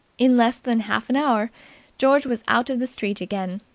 in less than half an hour george was out in the street again,